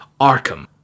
Arkham